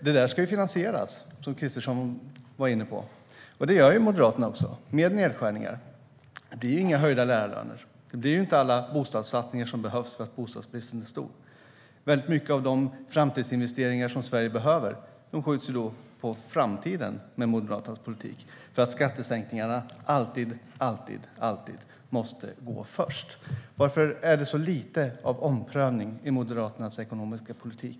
Detta ska finansieras, som Ulf Kristersson var inne på, och det gör Moderaterna också - med nedskärningar. Det blir inga höjda lärarlöner. Det är inte alla bostadssatsningar som behövs för att bostadsbristen är stor. Väldigt mycket av de framtidsinvesteringar som Sverige behöver skjuts på framtiden med Moderaternas politik för att skattesänkningarna alltid måste gå först. Varför är det så lite av omprövning i Moderaternas ekonomiska politik?